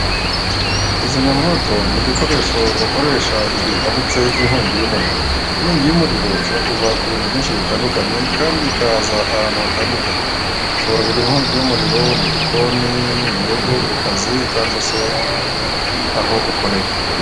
Kizimyamwoto ni igikoresho bakoresha igihe hadutse inkongi y'umuriro, inkongi y'umuriro ishobora kuva ku bintu byinshi bitandukanye kandi ikaza ahantu hatandukanye. Ushobora kugira inkongi y'umuriro mu gikoni, mu rugo ku kazi cyangwa se aho ukorera.